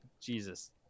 Jesus